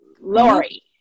Lori